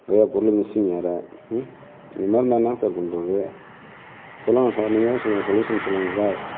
நிறையா பொருள் மிஸ்ஸிங் வேறு இது மாரி இருந்தால் என்ன சார் பண்ணுறது சொல்லுங்க சார் நீங்கள்தான் சொல்லுங்க சார் சொலியுஷன் சொல்லுங்க சார்